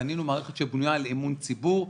בנינו מערכת שבנויה על אמון ציבור,